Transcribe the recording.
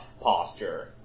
posture